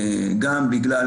גם בגלל